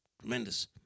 tremendous